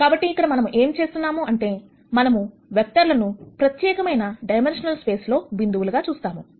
కాబట్టి ఇక్కడ ఏం చేస్తున్నాము అంటే మనము వెక్టార్ లను ప్రత్యేకమైన డైమన్షనల్ స్పేస్ లో బిందువులుగా చూస్తాము